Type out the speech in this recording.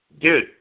dude